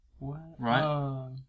Right